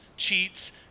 cheats